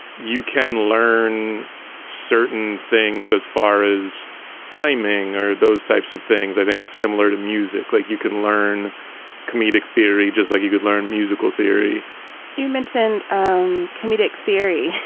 you can learn certain things as far as timing or those types of things. i think it's similar to music. like you can learn comedic theory, just like you could learn musical theory you mentioned um comedic theory.